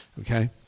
Okay